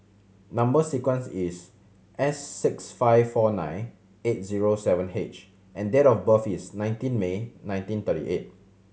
number sequence is S six five four nine eight zero seven H and date of birth is nineteen May nineteen thirty eight